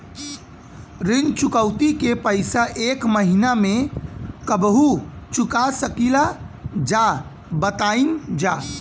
ऋण चुकौती के पैसा एक महिना मे कबहू चुका सकीला जा बताईन जा?